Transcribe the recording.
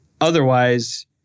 Otherwise